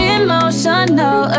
emotional